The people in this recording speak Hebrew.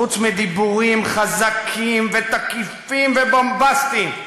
חוץ מדיבורים חזקים ותקיפים ובומבסטיים.